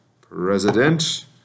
President